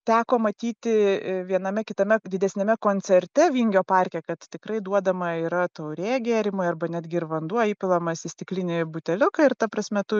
teko matyti viename kitame didesniame koncerte vingio parke kad tikrai duodama yra taurė gėrimui arba netgi ir vanduo įpilamas į stiklinį buteliuką ir ta prasme tu